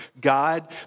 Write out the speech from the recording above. God